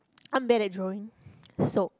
I'm bad at drawing so